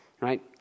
right